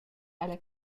alla